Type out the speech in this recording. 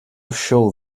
show